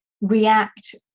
react